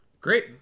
Great